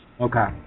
Okay